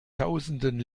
tausenden